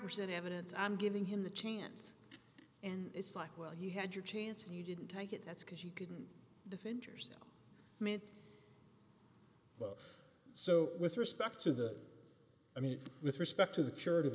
present evidence i'm giving him the chance and it's like well you had your chance and you didn't take it that's because you couldn't defend yourself man so with respect to that i mean with respect to the church of